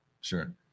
Sure